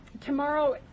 Tomorrow